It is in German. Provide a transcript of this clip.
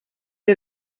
dir